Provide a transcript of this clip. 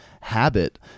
habit